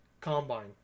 Combine